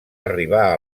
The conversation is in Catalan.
arribar